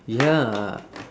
ya